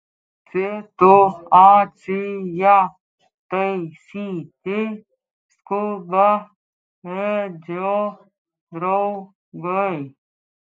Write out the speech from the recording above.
situaciją taisyti skuba edžio draugai